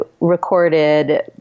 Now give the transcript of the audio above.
recorded